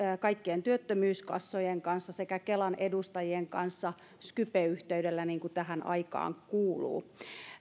kaikkien työttömyyskassojen kanssa sekä kelan edustajien kanssa skype yhteydellä niin kuin tähän aikaan kuuluu